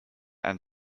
and